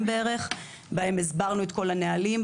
בכנס הסברנו את כל הנהלים.